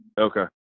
okay